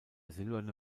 silberne